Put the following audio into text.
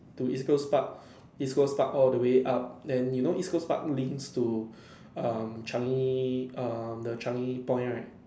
to East Coast Park East Coast Park all the way up then you know East Coast Park links to um Changi um the Changi-Point right